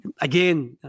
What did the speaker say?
again